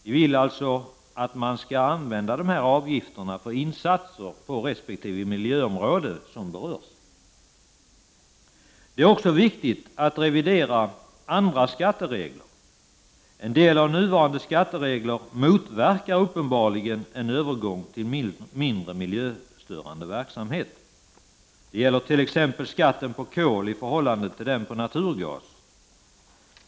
Vi vill alltså att man skall använda dessa avgifter för insatser på miljöområden som berörs. Det är också viktigt att revidera andra skatteregler. En del av nuvarande skatteregler motverkar uppenbart en övergång till mindre miljöförstörande verksamhet. Det gäller exempelvis skatten på kol i förhållande till skatten på naturgas.